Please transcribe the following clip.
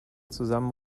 zusammen